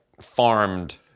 farmed